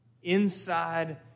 inside